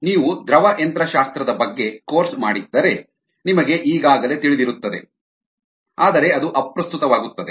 ನೀವು ದ್ರವ ಯಂತ್ರಶಾಸ್ತ್ರದ ಬಗ್ಗೆ ಕೋರ್ಸ್ ಮಾಡಿದ್ದರೆ ನಿಮಗೆ ಈಗಾಗಲೇ ತಿಳಿದಿರುತ್ತದೆ ಆದರೆ ಅದು ಅಪ್ರಸ್ತುತವಾಗುತ್ತದೆ